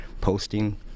posting